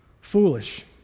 foolish